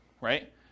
right